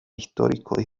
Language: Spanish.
históricos